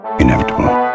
inevitable